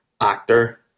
actor